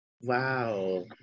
Wow